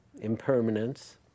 impermanence